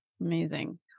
Amazing